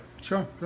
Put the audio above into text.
Sure